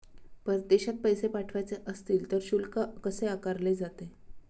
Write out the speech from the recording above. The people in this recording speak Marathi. परदेशात पैसे पाठवायचे असतील तर शुल्क कसे आकारले जाते?